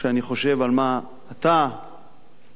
כשאני חושב על מה אתה וחברתך